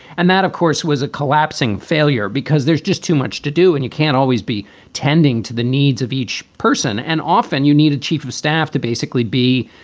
and that, of course, was a collapsing failure because there's just too much to do. and you can't always be tending to the needs of each person. and often you need a chief of staff to basically be,